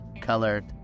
colored